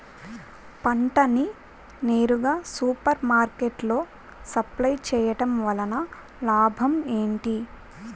పంట ని నేరుగా సూపర్ మార్కెట్ లో సప్లై చేయటం వలన లాభం ఏంటి?